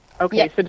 Okay